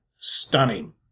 stunning